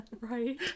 Right